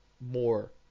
more